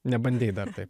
nebandei dar taip